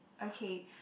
okay